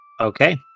Okay